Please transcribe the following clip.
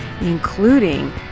including